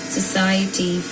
Society